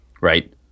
Right